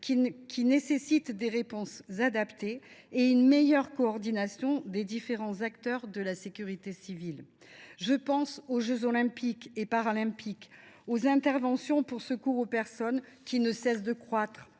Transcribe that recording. impose des réponses adaptées et une meilleure coordination des différents acteurs de la sécurité civile. Je pense aux jeux Olympiques et Paralympiques (JOP), aux interventions pour secours aux personnes, qui ne cessent de se